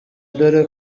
dore